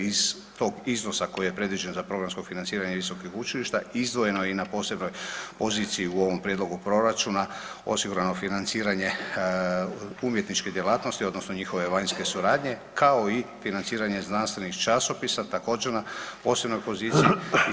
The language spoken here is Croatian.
Iz tog iznosa koji je predviđen za programsko financiranje visokih učilišta, izdvojeno je i na posebnoj poziciji u ovom prijedlogu proračuna osigurano financiranje umjetničke djelatnosti, odnosno njihove vanjske suradnje, kao i financiranje znanstvenih časopisa, također, na posebnoj poziciji.